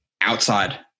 Outside